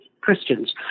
Christians